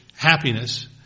Happiness